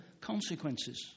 consequences